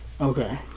Okay